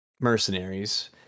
mercenaries